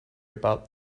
about